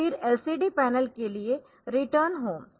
फिर LCD panel के लिए रिटर्न होम